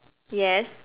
yes